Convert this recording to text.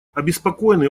обеспокоенный